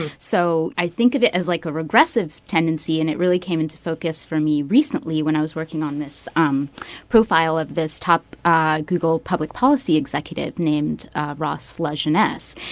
so i think of it as like a regressive tendency. and it really came into focus for me recently when i was working on this um profile of this top ah google public policy executive named ross lajeunesse.